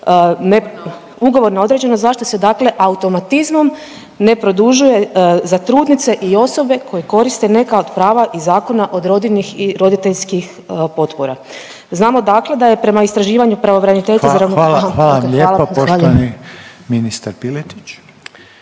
ugovor na određeno, zašto se dakle automatizmom ne produžuje za trudnice i osobe koje koriste neka od prava iz zakona o rodiljnih i roditeljskih potpora? Znamo dakle da je prema istraživanju pravobraniteljice .../Govornici govore istovremeno,